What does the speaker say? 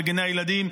בגני הילדים,